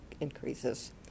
increases